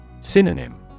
Synonym